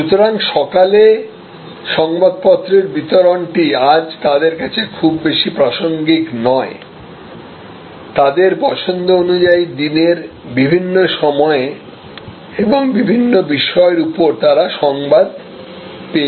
সুতরাং সকালে সংবাদপত্রের বিতরণটি আজ তাদের কাছে খুব বেশি প্রাসঙ্গিক নয় তাদের পছন্দ অনুযায়ী দিনের বিভিন্ন সময়ে এবং বিভিন্ন বিষয়ের উপর তারা সংবাদ পেয়ে যায়